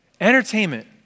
Entertainment